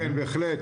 הקבלנים.